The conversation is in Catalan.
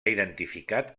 identificat